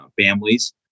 families